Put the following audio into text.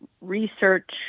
research